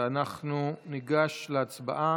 אנחנו ניגש להצבעה.